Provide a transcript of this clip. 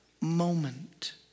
moment